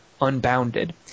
Unbounded